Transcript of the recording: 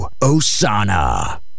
osana